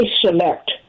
select